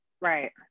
Right